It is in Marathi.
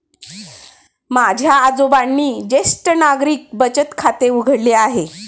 माझ्या आजोबांनी ज्येष्ठ नागरिक बचत खाते उघडले आहे